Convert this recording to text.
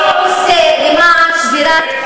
מה הוא עושה למען שבירת,